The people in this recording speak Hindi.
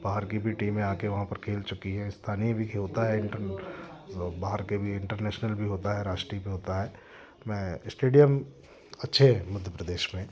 बाहर की भी टीमें आकर वहाँ पर खेल चुकी है स्थानीय भी खेलता है बाहर के भी इंटरनेशनल भी होता है राष्ट्रीय भी होता है मैं स्टेडियम अच्छे प्रदेश में